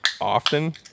often